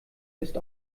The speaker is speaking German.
ist